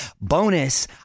Bonus